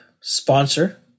Sponsor